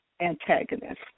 antagonist